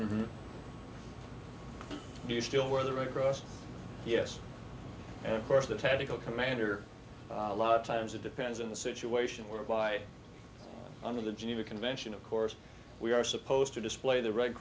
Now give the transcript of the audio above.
you still wear the red cross yes of course the tactical commander a lot of times it depends on the situation whereby under the geneva convention of course we are supposed to display the red